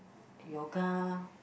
yoga